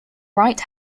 right